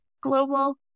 Global